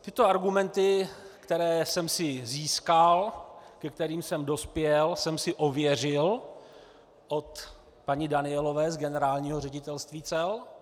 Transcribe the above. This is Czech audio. Tyto argumenty, které jsem si získal, ke kterým jsem dospěl, jsem si ověřil od paní Danielové z Generálního ředitelství cel.